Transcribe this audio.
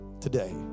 today